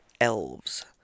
elves